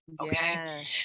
Okay